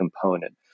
component